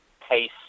Pace